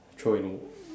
throw in